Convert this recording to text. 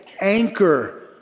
anchor